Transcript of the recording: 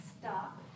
stop